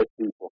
people